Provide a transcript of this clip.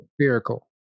Spherical